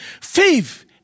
faith